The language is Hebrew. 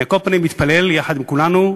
אני, על כל פנים, מתפלל יחד עם כולנו,